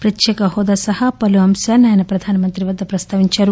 ప్రత్యేక హోదా సహా పలు అంశాలను ఆయన ప్రధాని వద్ద ప్రస్తావించారు